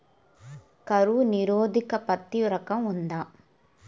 కరువు నిరోధక పత్తి రకం ఉందా?